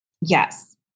Yes